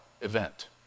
event